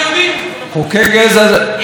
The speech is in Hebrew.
אני לא רוצה להגיד מה אתה לא שכחת.